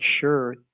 sure